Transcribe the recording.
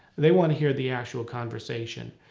they want to hear the actual conversation.